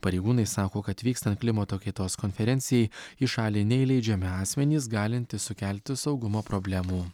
pareigūnai sako kad vykstant klimato kaitos konferencijai į šalį neįleidžiami asmenys galintys sukelti saugumo problemų